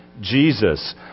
Jesus